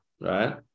Right